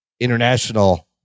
international